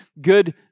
good